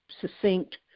succinct